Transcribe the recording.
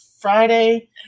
Friday